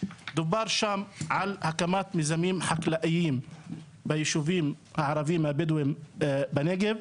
דובר שם על הקמת מיזמים חקלאיים ביישובים הערבים הבדואים בנגב,